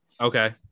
okay